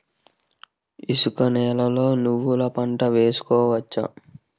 ఇసుక నేలలో నువ్వుల పంట వేయవచ్చా?